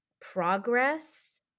progress